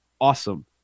awesome